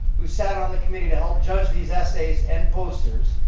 who sat on the committee to help judge these essays and posters.